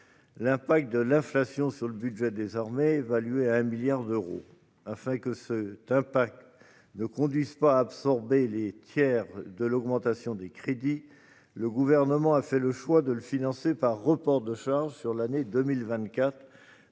effets de l'inflation sur le budget des armées, évalué à 1 milliard d'euros. Afin que cela ne conduise pas à absorber le tiers de l'augmentation des crédits, le Gouvernement a fait le choix d'un financement par reports de charges sur l'année 2024,